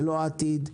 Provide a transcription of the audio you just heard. ללא עתיד,